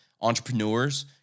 entrepreneurs